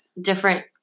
different